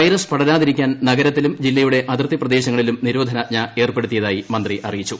virus പടരാതിരിക്കാൻ നഗരത്തിലും ജില്ലയുടെ അതിർത്തി പ്രദേശങ്ങളിലും നിരോധനാജ്ഞ ഏർപ്പെടുത്തിയതായി മന്ത്രി പറഞ്ഞു